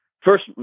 first